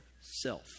self